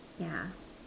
yeah